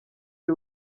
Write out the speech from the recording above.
ari